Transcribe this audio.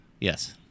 Yes